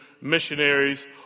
missionaries